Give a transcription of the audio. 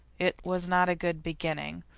it was not a good beginning,